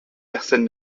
personne